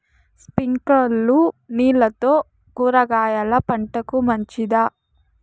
స్ప్రింక్లర్లు నీళ్లతో కూరగాయల పంటకు మంచిదా?